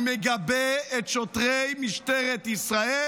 אני מגבה את שוטרי משטרת ישראל.